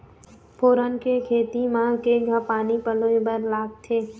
फोरन के खेती म केघा पानी पलोए बर लागथे?